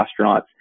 astronauts